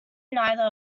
neither